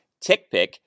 TickPick